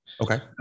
Okay